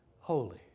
holy